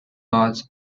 balls